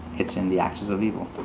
it's in the axis of evil,